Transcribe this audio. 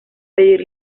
pedir